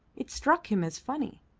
it struck him as funny.